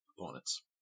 opponents